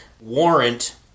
Warrant